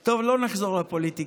טוב, לא נחזור לפוליטיקה.